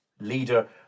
leader